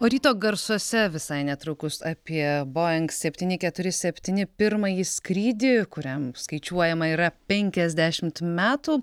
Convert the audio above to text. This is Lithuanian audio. o ryto garsuose visai netrukus apie boing septyni keturi septyni pirmąjį skrydį kuriam skaičiuojama yra penkiasdešimt metų